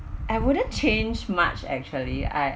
I wouldn't change much actually I